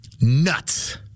Nuts